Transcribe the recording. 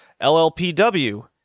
LLPW